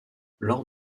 lors